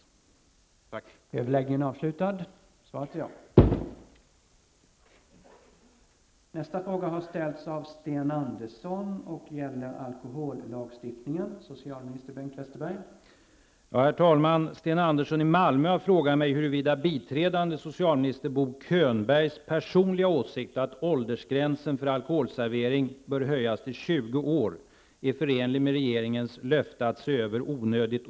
Tack.